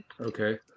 Okay